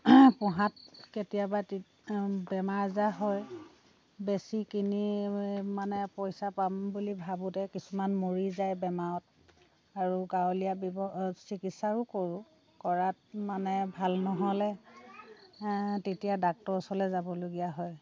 পোহাত কেতিয়াবা বেমাৰ আজাৰ হয় বেচি কিনি মানে পইচা পাম বুলি ভাৱোঁতে কিছুমান মৰি যায় বেমাৰত আৰু গাঁৱলীয়া চিকিৎসাও কৰোঁ কৰাত মানে ভাল নহলে তেতিয়া ডাক্টৰৰ ওচৰলৈ যাবলগীয়া হয়